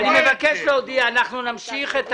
אני מבקש להודיע - נמשיך את